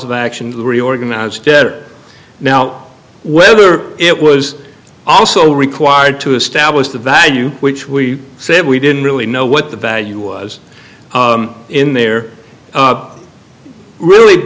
of action to reorganize debtor now whether it was also required to establish the value which we said we didn't really know what the value was in there really